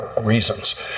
reasons